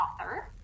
author